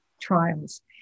trials